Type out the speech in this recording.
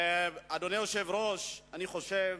אדוני היושב-ראש, אני חושב